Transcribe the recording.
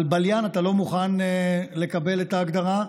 בליין, אתה לא מוכן לקבל את ההגדרה,